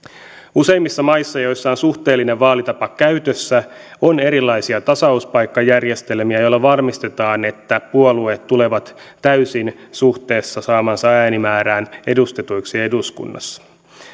useimmissa maissa joissa on suhteellinen vaalitapa käytössä on erilaisia tasauspaikkajärjestelmiä joilla varmistetaan että puolueet tulevat täysin suhteessa saamaansa äänimäärään edustetuiksi eduskunnassa